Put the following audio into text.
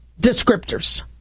descriptors